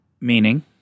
Meaning